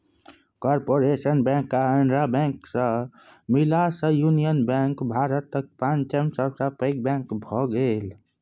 corporation bank आ Andhra bank मिललासँ union bank भारतक पाँचम सबसँ पैघ बैंक भए गेलै